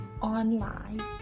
online